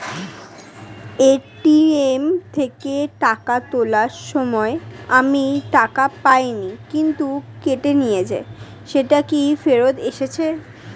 ATM থেকে টাকা তোলার সময় আমি টাকা পাইনি কিন্তু কেটে নিয়েছে সেটা কি ফেরত এসেছে?